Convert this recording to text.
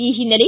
ಈ ಹಿನ್ನೆಲೆ